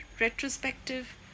retrospective